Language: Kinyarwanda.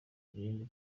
ibindi